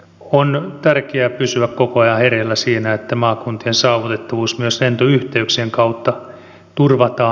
on tärkeää pysyä koko ajan hereillä siinä että maakuntien saavutettavuus myös lentoyhteyksien kautta turvataan